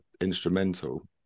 instrumental